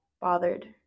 bothered